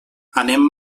anem